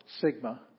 Sigma